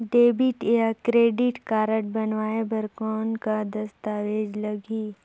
Debit या credit card बनवाय बर कौन का दस्तावेज लगही?